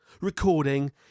recording